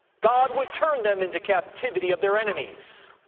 god would turn them into captivity of their enemies,